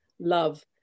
love